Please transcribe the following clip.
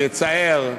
מצער,